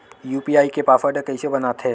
UPI के password कइसे बनाथे?